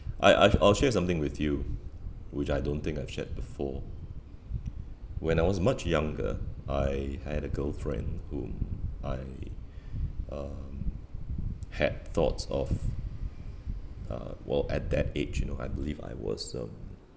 I I I'll share something with you which I don't think I've shared before when I was much younger I had a girlfriend whom I um had thoughts of uh while at that age you know I believe I was um